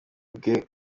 bwe